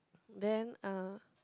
then uh